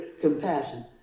compassion